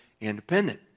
independent